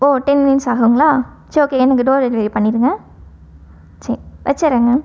ஓ ten minutes ஆகுங்களா சரி okay எனக்கு டோர் டெலிவரி பண்ணிடுங்க சரி வச்சிடுறங்க